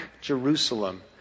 Jerusalem